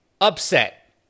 upset